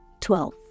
twelve